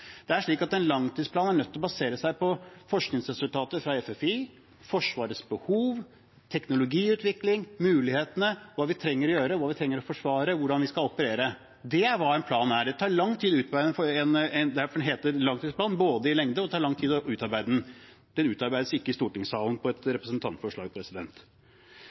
er nødt til å basere seg på forskningsresultater fra FFI, Forsvarets behov, teknologiutvikling, mulighetene, hva vi trenger å gjøre, hva vi trenger å forsvare, hvordan vi skal operere. Det er hva en plan er. Det tar lang tid å utarbeide den. Det er derfor det heter langtidsplan, både på grunn av lengde, og fordi det tar lang tid å utarbeide den. Den utarbeides ikke i stortingssalen på grunnlag av et representantforslag.